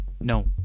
no